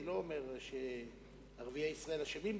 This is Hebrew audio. אני לא אומר שערביי ישראל אשמים בזה,